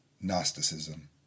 Gnosticism